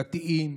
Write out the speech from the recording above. דתיים,